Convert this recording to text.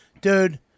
dude